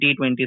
T20